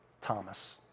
Thomas